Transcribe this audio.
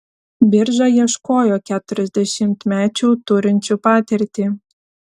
birža ieškojo keturiasdešimtmečių turinčių patirtį